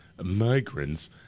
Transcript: migrants